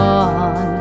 on